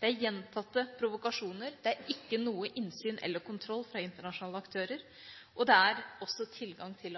Det er gjentatte provokasjoner. Det er ikke noe innsyn eller noen kontroll fra internasjonale aktører, og det er også tilgang til